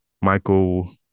Michael